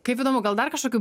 kaip įdomu gal dar kažkokių